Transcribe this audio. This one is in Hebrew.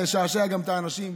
גם לשעשע את האנשים,